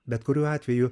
bet kuriuo atveju